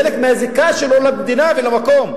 חלק מהזיקה שלו למדינה ולמקום,